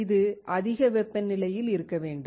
இது அதிக வெப்பநிலையில் இருக்க வேண்டும்